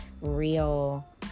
real